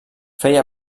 feia